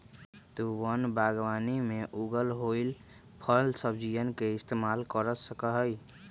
तु वन बागवानी में उगल होईल फलसब्जियन के इस्तेमाल कर सका हीं